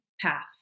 path